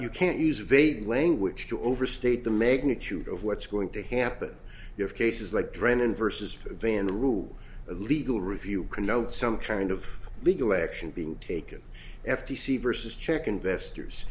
you can't use of vague language to overstate the magnitude of what's going to happen you have cases like drain in versus van rule legal review connotes some kind of legal action being taken f t c vs check investors